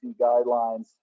guidelines